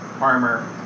armor